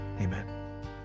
amen